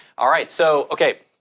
alright. so, okay,